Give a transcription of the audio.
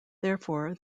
therefore